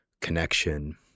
connection